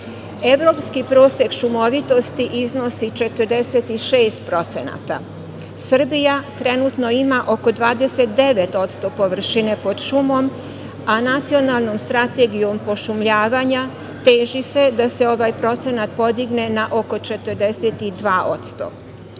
Evropski prosek šumovitosti iznosi 46%. Srbija trenutno ima oko 29% površine pod šumom, a Nacionalnom strategijom pošumljavanja teži se da se ovaj procenat podigne na oko 42%.Autonomna